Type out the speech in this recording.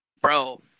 bro